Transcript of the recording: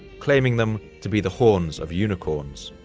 claiming them to be the horns of unicorns.